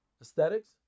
aesthetics